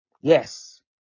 Yes